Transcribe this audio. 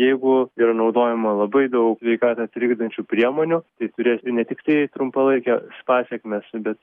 jeigu yra naudojama labai daug sveikatą trikdančių priemonių tai turės ir ne tiktai trumpalaikes pasekmes bet